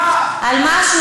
על מה?